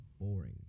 boring